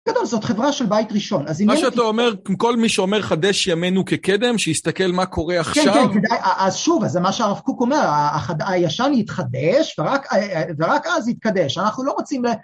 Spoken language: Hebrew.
גדול, זאת חברה של בית ראשון, מה שאתה אומר, כל מי שאומר חדש ימינו כקדם, שיסתכל מה קורה עכשיו... כן, כן, אז שוב, זה מה שהרב קוק אומר, הישן יתחדש, ורק אז יתקדש, אנחנו לא רוצים ל...